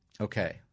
Okay